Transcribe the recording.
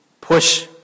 push